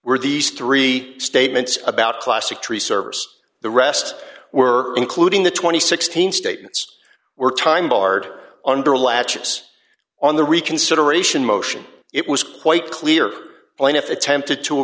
were these three statements about classic tree service the rest were including the two thousand and sixteen statements were time barred under latches on the reconsideration motion it was quite clear plaintiff attempted to